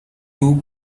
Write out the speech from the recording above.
two